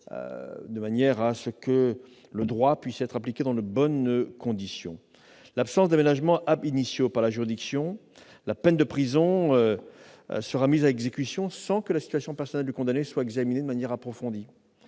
faisant en sorte que le droit puisse être appliqué dans de bonnes conditions. En l'absence d'aménagement par la juridiction, la peine de prison sera mise à exécution sans que la situation personnelle du condamné soit examinée de manière approfondie.